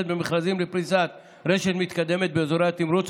במכרזים לפריסת רשת מתקדמת באזורי התמרוץ,